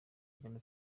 agana